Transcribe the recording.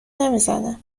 نمیزنه